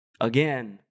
Again